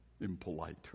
impolite